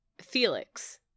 Felix